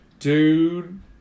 Dude